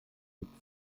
gibt